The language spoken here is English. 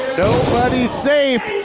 nobody's safe